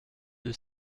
deux